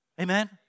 Amen